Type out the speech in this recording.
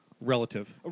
relative